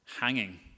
hanging